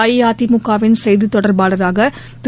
அஇஅதிமுக வின் செய்தி தொடர்பாளராக திரு